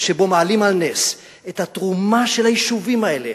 שבו מעלים על נס את התרומה של היישובים האלה,